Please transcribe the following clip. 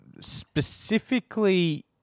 specifically